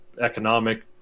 economic